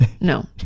No